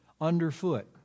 underfoot